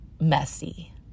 messy